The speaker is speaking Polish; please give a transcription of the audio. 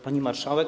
Pani Marszałek!